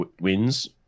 wins